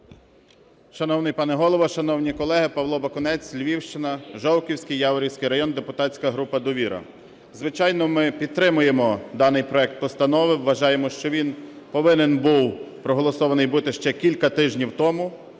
Шановний пане Голово, шановні колеги! Павло Бакунець, Львівщина, Жовківський, Яворівський райони, депутатська група "Довіра". Звичайно, ми підтримуємо даний проект Постанови, вважаємо, що він повинен був проголосований бути ще кілька тижнів тому.